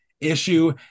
issue